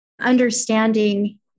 understanding